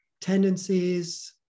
tendencies